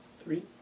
three